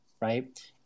right